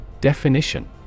Definition